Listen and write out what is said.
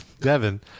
Devin